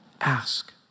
ask